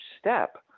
step